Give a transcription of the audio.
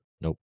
Nope